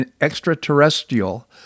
extraterrestrial